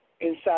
Inside